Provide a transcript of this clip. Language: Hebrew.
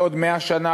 בעוד 100 שנה,